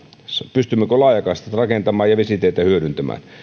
pystymmekö laajakaistat rakentamaan ja vesitietä hyödyntämään